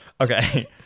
Okay